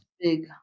big